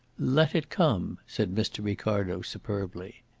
let it come! said mr. ricardo superbly.